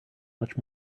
much